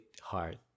hard